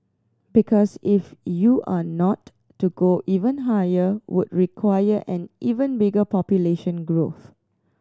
because if you are not to go even higher would require an even bigger population growth